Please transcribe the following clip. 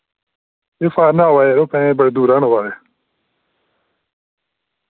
ए फारन दा आवा दे न यरो बड़ी दूरा न आवा दे